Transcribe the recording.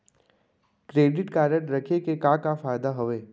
Credit card रखे के का का फायदा हवे?